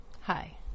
Hi